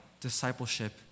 discipleship